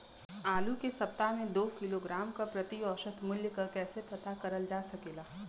आलू के सप्ताह में दो किलोग्राम क प्रति औसत मूल्य क कैसे पता करल जा सकेला?